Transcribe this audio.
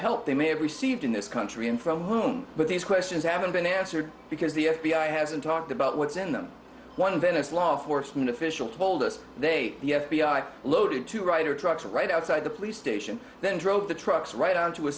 help they may have received in this country and from whom but these questions haven't been answered because the f b i hasn't talked about what's in them one venice law enforcement official told us they the f b i loaded two writer trucks right outside the police station then drove the trucks right on to a